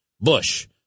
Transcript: Bush